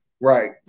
Right